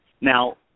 Now